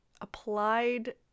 applied